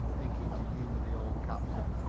thinking to humor the old captain.